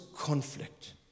conflict